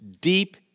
deep